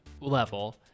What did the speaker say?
level